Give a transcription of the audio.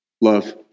Love